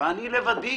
ואני לבדי